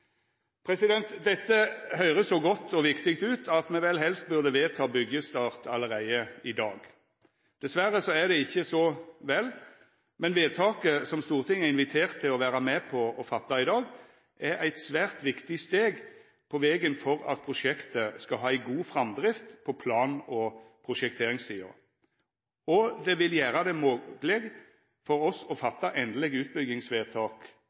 Dette høyrest så godt og viktig ut at me vel helst burde vedta byggjestart allereie i dag. Dessverre er det ikkje så vel, men vedtaket som Stortinget er invitert til å vera med på å gjera i dag, er eit svært viktig steg på vegen for at prosjektet skal ha ei god framdrift på plan- og prosjekteringssida, og det vil gjera det mogleg for oss å gjera endeleg utbyggingsvedtak